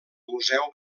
museu